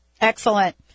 Excellent